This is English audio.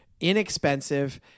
inexpensive